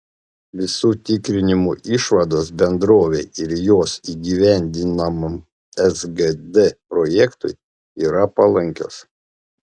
visų tikrinimų išvados bendrovei ir jos įgyvendinamam sgd projektui yra palankios